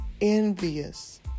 envious